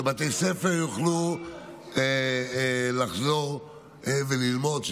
שבתי ספר יוכלו לחזור ללמוד,